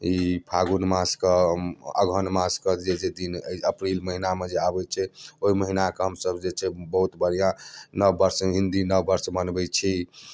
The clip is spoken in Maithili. ई फागुन मास कऽ अगहन माससँ जे जे दिन अप्रील महिनामे जे आबैत छै ओहि महिना कऽ हमसब जे छै से बहुत बढ़िआँ नवबर्ष हिन्दी नवबर्ष मनबैत छी